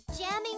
Jamming